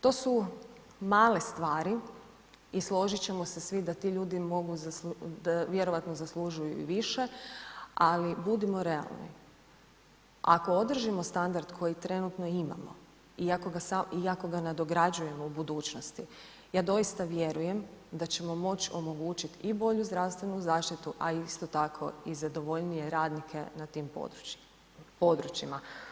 To su male stvari i složit ćemo se svi da ti ljudi vjerojatno zaslužuju i više, ali budimo realni ako održimo standard koji trenutno imamo i ako ga nadograđujemo u budućnosti, ja doista vjerujem da ćemo moći omogućiti i bolju zdravstvenu zaštitu, a isto tako i zadovoljnije radnike na tim područjima.